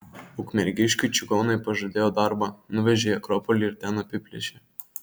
ukmergiškiui čigonai pažadėjo darbą nuvežė į akropolį ir ten apiplėšė